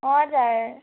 हजुर